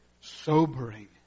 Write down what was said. sobering